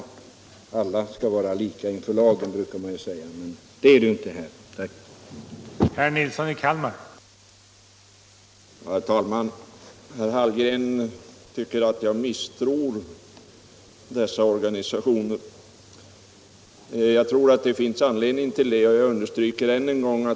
— enligt vissa arbets Alla skall vara lika inför lagen, brukar man säga, men så är det inte = rättsliga lagar